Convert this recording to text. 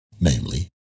namely